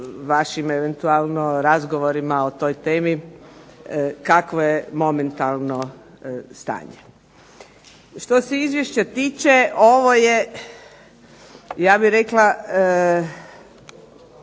vašim eventualno razgovorima o toj temi kakvo je momentalno stanje. Što se izvješća tiče ovo je, ja bih rekla,